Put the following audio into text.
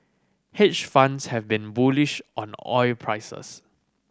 hedge funds have been bullish on oil prices